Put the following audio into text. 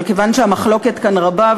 אבל כיוון שהמחלוקת כאן רבה,